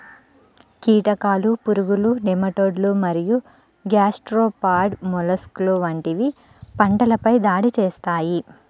కీటకాలు, పురుగులు, నెమటోడ్లు మరియు గ్యాస్ట్రోపాడ్ మొలస్క్లు వంటివి పంటలపై దాడి చేస్తాయి